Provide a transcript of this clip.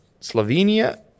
Slovenia